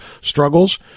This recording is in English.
struggles